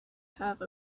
have